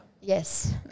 Yes